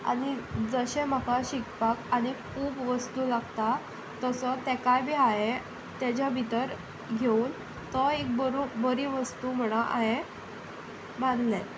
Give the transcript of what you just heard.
आनी जशें म्हाका शिकपाक आनी खूब वस्तू लागता तसो ताकाय बी हांवें ताच्या भितर घेवन तो एक बर बरी वस्तू म्हणून हांवें मानलें